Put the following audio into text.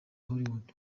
hollywood